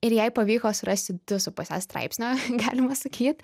ir jai pavyko surasti du su puse straipsnio galima sakyt